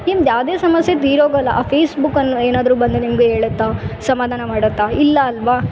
ನಿಮ್ದು ಯಾವುದೇ ಸಮಸ್ಯೆ ತೀರೋಗೊಲ್ಲ ಆ ಫೇಸ್ಬುಕ್ ಏನ್ ಏನಾದ್ರು ಬಂದು ನಿಮಗೆ ಹೇಳತ್ತಾ ಸಮಾಧಾನ ಮಾಡುತ್ತಾ ಇಲ್ಲ ಅಲ್ವ